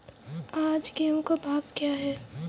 आज गेहूँ का भाव क्या है?